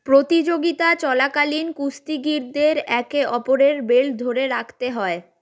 প্রতিযোগিতা চলাকালীন কুস্তিগীরদের একে অপরের বেল্ট ধরে রাখতে হয়